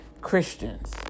Christians